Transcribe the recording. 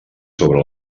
sobre